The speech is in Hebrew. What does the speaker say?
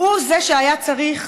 הוא זה שהיה צריך